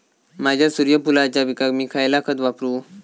माझ्या सूर्यफुलाच्या पिकाक मी खयला खत वापरू?